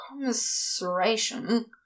commiseration